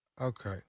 okay